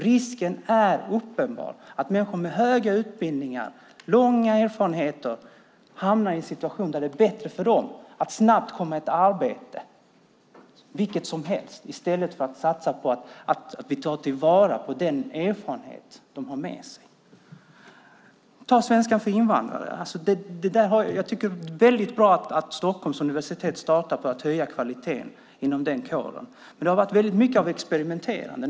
Risken är uppenbar att människor med höga utbildningar och långa erfarenheter hamnar i en situation där det är bättre för dem att snabbt komma in i ett arbete, vilket som helst, än att ta vara på den erfarenhet de har med sig. När det gäller svenska för invandrare tycker jag att det är bra att Stockholms universitet höjer kvaliteten. Det har varit väldigt mycket av experimenterande.